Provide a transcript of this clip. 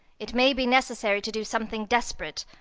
it may be necessary to do something desperate.